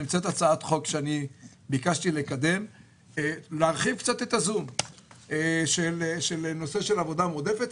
נמצאת הצעת חוק שמבקשת להרחיב את הנושא של עבודה מועדפת.